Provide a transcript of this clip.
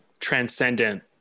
transcendent